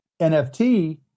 NFT